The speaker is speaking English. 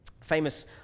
famous